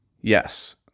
Yes